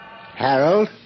Harold